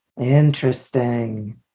Interesting